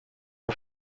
car